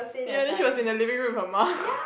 ya then she was in the living room with her mum